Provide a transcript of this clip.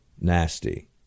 nasty